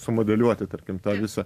sumodeliuoti tarkim tą visą